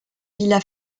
villa